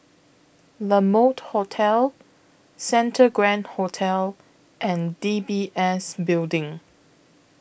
La Mode Hotel Santa Grand Hotel and D B S Building